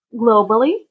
globally